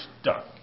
stuck